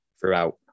throughout